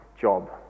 job